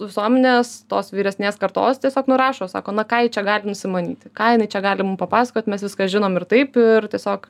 visuomenės tos vyresnės kartos tiesiog nurašo sako na ką ji čia gali nusimanyti ką jinai čia gali mum papasakot mes viską žinom ir taip ir tiesiog